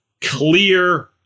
clear